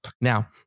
Now